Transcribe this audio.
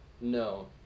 No